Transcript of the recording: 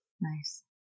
Nice